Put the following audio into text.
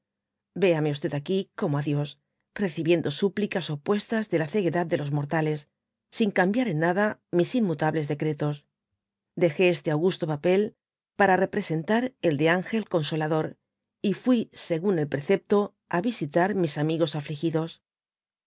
véame aquí como á dios recibiendo súplicas opuestas de la ceguedad de los mortales sin cambiar en nada mis inmutables decretos dejé este augusto papel para representar el de ángel consolador y f uí según el precepto á visitar mis amigos afligidos